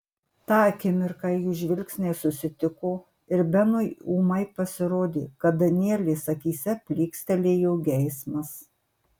tą akimirką jų žvilgsniai susitiko ir benui ūmai pasirodė kad danielės akyse plykstelėjo geismas